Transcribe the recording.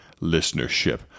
listenership